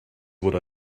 would